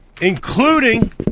including